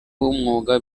w’umwuga